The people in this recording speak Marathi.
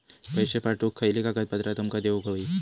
पैशे पाठवुक खयली कागदपत्रा तुमका देऊक व्हयी?